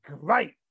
great